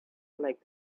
like